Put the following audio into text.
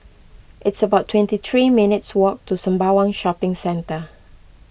it's about twenty three minutes' walk to Sembawang Shopping Centre